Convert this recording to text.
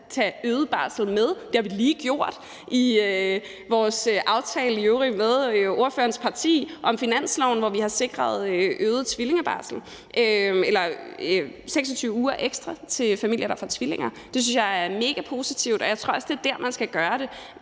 tage øget barsel med. Det har vi lige gjort i vores aftale, i øvrigt med ordførerens parti, om finansloven, hvor vi har sikret 26 uger ekstra til familier, der får tvillinger. Det synes jeg er megapositivt, og jeg tror også, det er der, man skal gøre det.